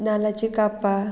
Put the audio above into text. नाल्लाची कापां